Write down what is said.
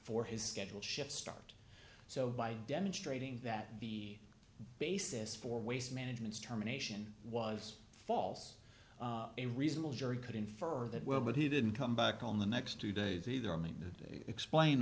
for his scheduled shift start so by demonstrating that the basis for waste management's terminations was false a reasonable jury could infer that well but he didn't come back on the next two days either me to explain